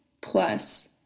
plus